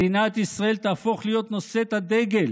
מדינת ישראל תהפוך להיות נושאת הדגל